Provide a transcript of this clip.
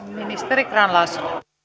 ministeri grahn laasonen